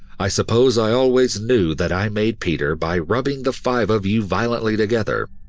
i suppose i always knew that i made peter by rubbing the five of you violently together.